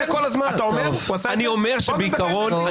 אור שבעיקרון,